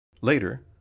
Later